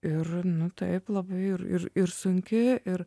ir nu taip labai ir ir ir sunki ir